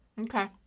Okay